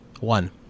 One